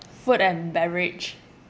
food and beverage